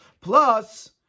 Plus